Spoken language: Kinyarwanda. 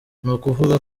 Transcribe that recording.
nukuvuga